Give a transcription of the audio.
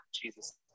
Jesus